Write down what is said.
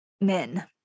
men